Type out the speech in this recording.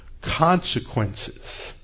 consequences